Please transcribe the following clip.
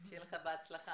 שיהיה לך בהצלחה.